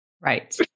Right